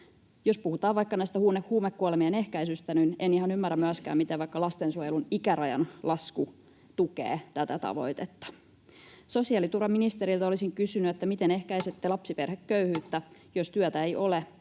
Jos puhutaan vaikka tästä huumekuolemien ehkäisystä, niin en ihan ymmärrä myöskään, miten vaikka lastensuojelun ikärajan lasku tukee tätä tavoitetta. Sosiaaliturvaministeriltä olisin kysynyt: miten ehkäisette lapsiperheköyhyyttä, jos työtä ei ole